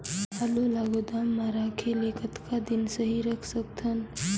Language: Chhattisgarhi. आलू ल गोदाम म रखे ले कतका दिन सही रख सकथन?